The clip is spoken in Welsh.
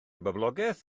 boblogaeth